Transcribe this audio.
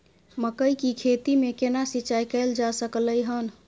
मकई की खेती में केना सिंचाई कैल जा सकलय हन?